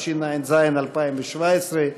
התשע"ז 2017,